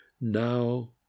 now